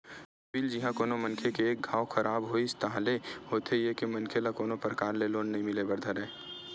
CIBIL जिहाँ कोनो मनखे के एक घांव खराब होइस ताहले होथे ये के मनखे ल कोनो परकार ले लोन नइ मिले बर धरय